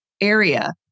area